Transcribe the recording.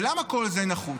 ולמה כל זה נחוץ?